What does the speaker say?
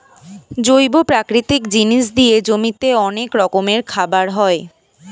জৈব প্রাকৃতিক জিনিস দিয়ে জমিতে অনেক রকমের খাবার হয়